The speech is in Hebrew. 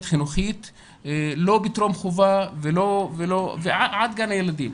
חינוכית לא בטרום חובה ועד גן הילדים.